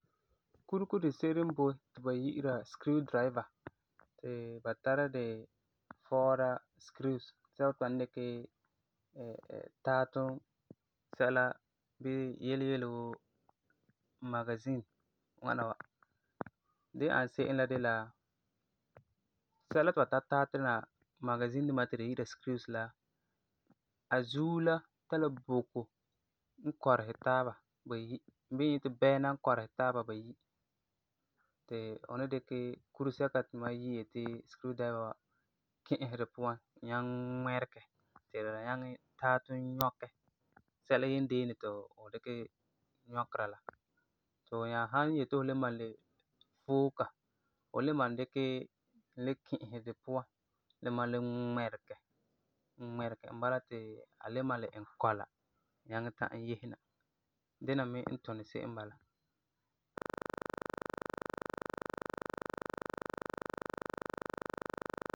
Kurego di se'ere n boi ti ba yi'ira screwdriver, ti ba tara di fɔɔra screws (sɛba ti ba ni dikɛ taatum sɛla bii yele yele wuu magazin ŋwana wa. Di ani se'em la de la, sɛla ti ba tara taatena magazin duma ti tu yi'ira screws la, a zuo la tari la bogero n kɔresɛ taaba bayi, bii n yeti bɛɛna n kɔresɛ taaba bayi, ti fu ni dikɛ kure-sɛka ti mam yi ti screwdriver wa ki'isɛ di puan, nyaŋɛ ŋmɛregɛ ti di nyaŋɛ taatum nyɔkɛ sɛla yendeene ti fu dikɛ nyɔkera la, ti fu nyaa san yeti fu le malum le ŋmɛregɛ, ŋmɛregɛ e bala ti a le malum le iŋɛ kɔla nyaŋɛ ta'am yese na. Dina me n tuni se'em n bala.